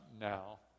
now